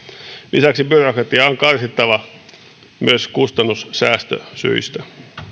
lisäksi byrokratiaa on karsittava myös kustannussäästösyistä